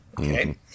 Okay